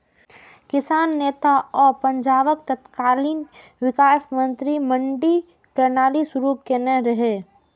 किसान नेता आ पंजाबक तत्कालीन विकास मंत्री मंडी प्रणाली शुरू केने रहै